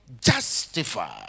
justify